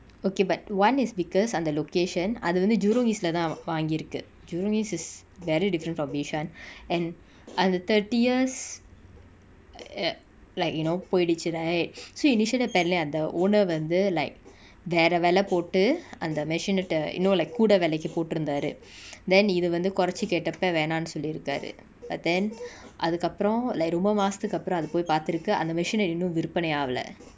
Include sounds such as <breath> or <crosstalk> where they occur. okay but one is because அந்த:antha location அதுவந்து:athuvanthu jurong east lah தா வாங்கி இருக்கு:tha vaangi iruku jurong east is very different from bishan and அந்த:antha thirty years <noise> like you know போயிடிச்சு:poyidichu right <breath> so initially பேர்லயு அந்த:perlayu antha owner வந்து:vanthu like <breath> வேர வெல போட்டு அந்த:vera vela potu antha masionette ah you know like கூட வெலைக்கு போட்டு இருந்தாரு:kooda velaiku potu iruntharu <breath> then இதுவந்து கொரச்சி கேட்டப்ப வேணான்னு சொல்லி இருகாரு:ithuvanthu korachi ketappa venaanu solli irukaru but then அதுகப்ரோ:athukapro like ரொம்ப மாசதுகப்ரோ அது போய் பாத்திருக்கு அந்த:romba maasathukapro athu poai paathirukku antha mesionette இன்னு விர்பனயாகல:innu virpanayaakala